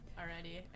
Already